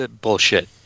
bullshit